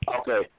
Okay